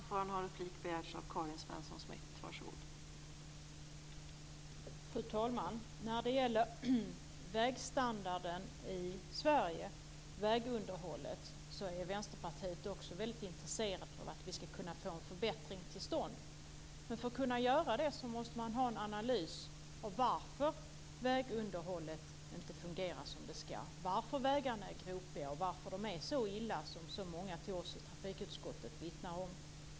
Fru talman! När det gäller vägstandarden och vägunderhållet i Sverige är Vänsterpartiet också mycket intresserat av att vi ska kunna få en förbättring till stånd. Men för att kunna få det måste man ha en analys av varför vägunderhållet inte fungerar som det ska, varför vägarna är gropiga och varför det är så illa som så många av oss i trafikutskottet vittnar om.